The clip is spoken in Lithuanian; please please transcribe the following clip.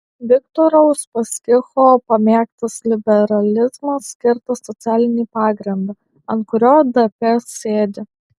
viktoro uspaskicho pamėgtas liberalizmas kerta socialinį pagrindą ant kurio dp sėdi